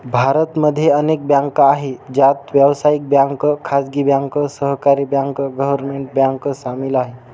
भारत मध्ये अनेक बँका आहे, ज्यात व्यावसायिक बँक, खाजगी बँक, सहकारी बँक, गव्हर्मेंट बँक सामील आहे